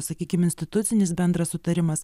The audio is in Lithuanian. sakykim institucinis bendras sutarimas